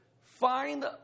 find